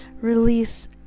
release